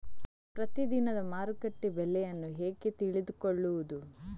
ಪ್ರತಿದಿನದ ಮಾರುಕಟ್ಟೆ ಬೆಲೆಯನ್ನು ಹೇಗೆ ತಿಳಿದುಕೊಳ್ಳುವುದು?